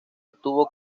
estuvo